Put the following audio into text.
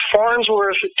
Farnsworth